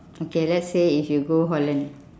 okay let's say if you go holland